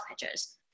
pitches